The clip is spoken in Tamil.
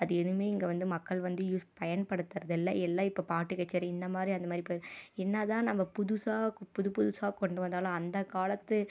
அது எதுவுமே இங்கே வந்து மக்கள் வந்து யூஸ் பயன்படுத்துறதில்லை எல்லாம் இப்போ பாட்டு கச்சேரி இந்த மாதிரி அந்த மாதிரி போய் என்ன தான் நம்ப புதுசாக புது புதுசாக கொண்டு வந்தாலும் அந்த காலத்து